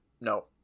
No